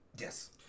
Yes